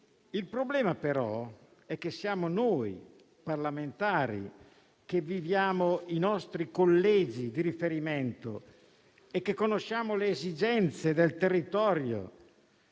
Il problema, però, è che siamo noi parlamentari, che viviamo i nostri collegi di riferimento e conosciamo le esigenze del territorio,